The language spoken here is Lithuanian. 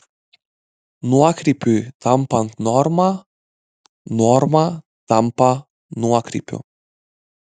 nuokrypiui tampant norma norma tampa nuokrypiu